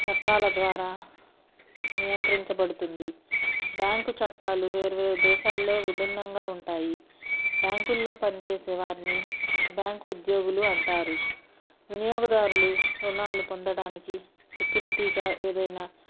చట్టాల ద్వారా నియంత్రించబడుతుంది బ్యాంకు చట్టాలు వేరువేరు దేశాల్లో విభిన్నంగా ఉంటాయి బ్యాంకుల్లో పనిచేసే వారిని బ్యాంకు ఉద్యోగులు అంటారు వినియోగదారులు రుణాలు పొందడానికి సెక్యూరిటీగా ఏదైనా